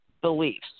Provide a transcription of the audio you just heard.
beliefs